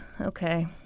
Okay